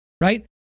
right